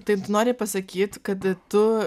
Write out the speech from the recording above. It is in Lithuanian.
tai tu nori pasakyti kad tu